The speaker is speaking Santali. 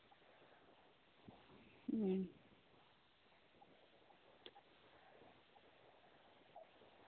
ᱦᱩᱸ